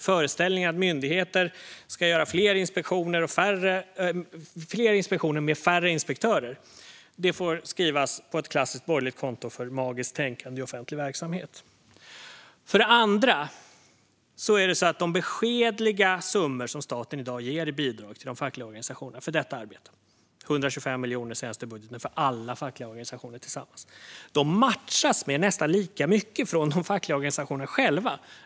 Föreställningen att myndigheten ska göra fler inspektioner med färre inspektörer får skrivas på ett klassiskt borgerligt konto för magiskt tänkande i offentlig verksamhet. För det andra matchas de beskedliga summor som staten i dag ger i bidrag till de fackliga organisationerna för detta arbete - 125 miljoner i senaste budgeten för alla fackliga organisationer tillsammans - med nästan lika mycket från de fackliga organisationerna själva.